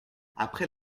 après